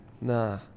Nah